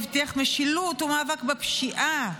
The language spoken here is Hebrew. הבטיח משילות ומאבק בפשיעה,